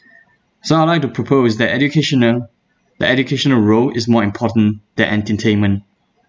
so I'd like to propose is that educational that educational role is more important than entertainment